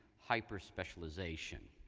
hyper specialization.